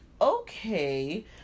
okay